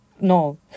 No